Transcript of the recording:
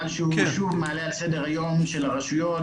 שהוא שוב מעלה על סדר היום של הרשויות,